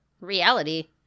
reality